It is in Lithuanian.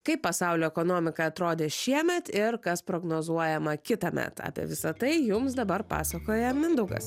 kaip pasaulio ekonomika atrodė šiemet ir kas prognozuojama kitąmet apie visa tai jums dabar pasakoja mindaugas